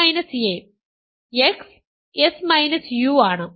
x s u ആണ്